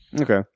Okay